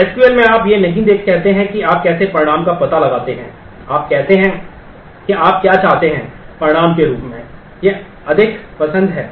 तो एसक्यूएल में आप यह नहीं कहते हैं कि आप कैसे परिणाम का पता लगाते हैं आप कहते हैं कि आप क्या चाहते हैं परिणाम के रूप में ये अधिक पसंद हैं